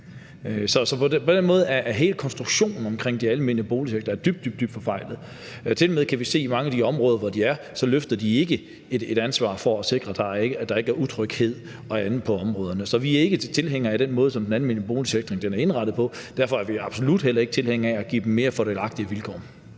er hele konstruktionen omkring den almene boligsektor dybt, dybt forfejlet. Tilmed kan vi se, at i mange af de områder, hvor de er, løfter de ikke et ansvar for at sikre, at der ikke er utryghed og andet i områderne. Så vi er ikke tilhænger af den måde, som den almene boligsektor er indrettet på. Derfor er vi absolut heller ikke tilhænger af at give dem mere fordelagtige vilkår.